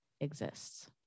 exists